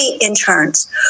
interns